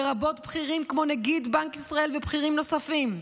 לרבות בכירים כמו נגיד בנק ישראל ובכירים נוספים,